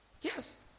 Yes